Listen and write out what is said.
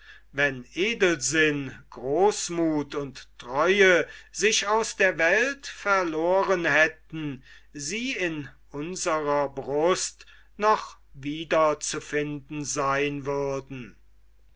wenn edelsinn großmuth und treue sich aus der welt verloren hätten sie in unserer brust noch wiederzufinden seyn würden